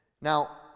Now